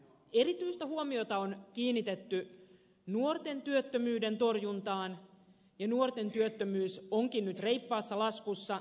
erityistä huomiota on kiinnitetty nuorten työttömyyden torjuntaan ja nuorten työttömyys onkin nyt reippaassa laskussa